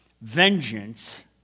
Vengeance